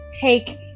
take